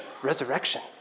Resurrection